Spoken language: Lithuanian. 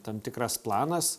tam tikras planas